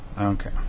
Okay